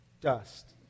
Dust